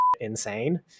insane